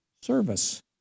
service